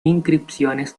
inscripciones